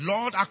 Lord